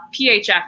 PHF